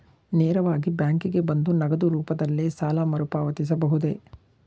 ನೇರವಾಗಿ ಬ್ಯಾಂಕಿಗೆ ಬಂದು ನಗದು ರೂಪದಲ್ಲೇ ಸಾಲ ಮರುಪಾವತಿಸಬಹುದೇ?